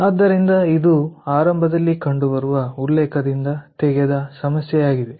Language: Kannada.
ಆದ್ದರಿಂದ ಇದು ಆರಂಭದಲ್ಲಿ ಕಂಡುಬರುವ ಉಲ್ಲೇಖದಿಂದ ತೆಗೆದ ಸಮಸ್ಯೆಯಾಗಿದೆ